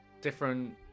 different